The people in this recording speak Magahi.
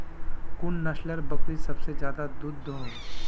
कुन नसलेर बकरी सबसे ज्यादा दूध दो हो?